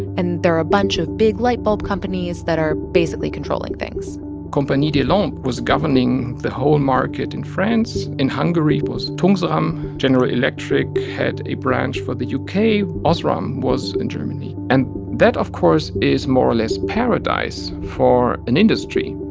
and there are a bunch of big light bulb companies that are basically controlling things compagnie des lampes was governing the whole market in france. in hungary, it was tungsram. general electric had a branch for the u k. osram was in germany. and that, of course, is more or less paradise for an industry.